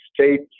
state